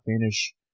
finish